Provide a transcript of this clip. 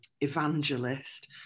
evangelist